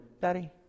Daddy